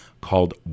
called